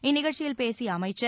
இந்நிகழ்ச்சியில் பேசிய அமைச்சர்